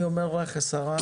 אני אומר לך השרה,